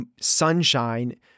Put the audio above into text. sunshine